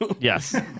Yes